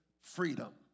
Freedom